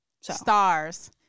Stars